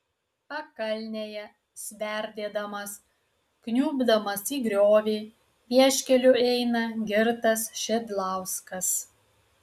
pakalnėje sverdėdamas kniubdamas į griovį vieškeliu eina girtas šidlauskas